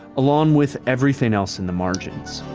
along with everything else in the margins.